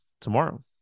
tomorrow